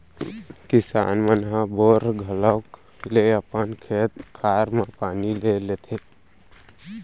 किसान मन ह बोर घलौक ले अपन खेत खार म पानी ले लेथें